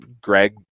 Greg